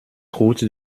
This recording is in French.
route